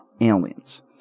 aliens